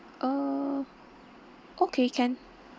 uh okay can